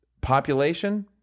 population